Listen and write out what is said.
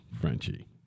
Frenchie